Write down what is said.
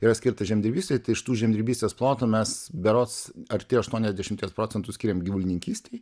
yra skirta žemdirbystei iš tų žemdirbystės plotų mes berods arti aštuoniasdešimties procentų skiriam gyvulininkystei